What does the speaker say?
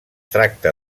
tracta